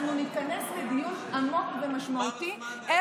אנחנו ניכנס לדיון עמוק ומשמעותי, נגמר הזמן.